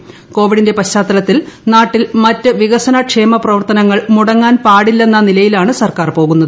ക്ലൊവിഡിന്റെ പശ്ചാത്തലത്തിൽ നാട്ടിൽ മറ്റ് വികസനക്ഷേമ പ്രവർത്തനങ്ങൾ മുടങ്ങാൻ പാടില്ലെന്ന നിലയിലാണ് സ്റ്റ്ക്കാർ പോകുന്നത്